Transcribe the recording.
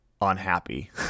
Unhappy